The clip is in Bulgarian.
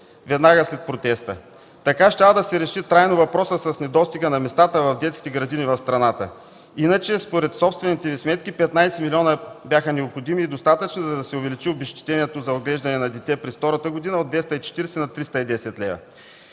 веднага след протеста. Така щял да се реши трайно въпросът с недостига на местата в детските градини в страната. Иначе, според собствените Ви сметки, 15 милиона бяха необходими и достатъчни, за да се увеличи обезщетението за отглеждане на дете през втората година от 240 на 310 лв.